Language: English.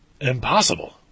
impossible